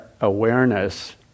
awareness